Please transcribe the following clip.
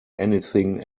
anything